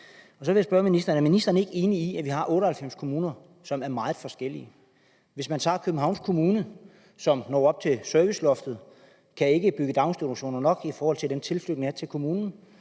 Og så vil jeg spørge ministeren: Er ministeren ikke enig i, at vi har 98 kommuner, som er meget forskellige? Hvis man tager Københavns Kommune, som når op til serviceloftet og ikke kan bygge daginstitutionerne nok i forhold til den tilflytning, der er til kommunen,